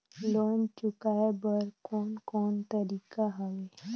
Loan चुकाए बर कोन कोन तरीका हवे?